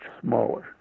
smaller